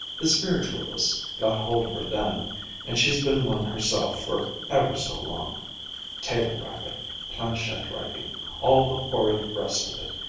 the spiritualists got hold of her then, and she's been one herself for ever so long table-rapping planchette-writing all the horrid rest of it,